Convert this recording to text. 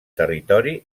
territori